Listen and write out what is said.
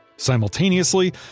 Simultaneously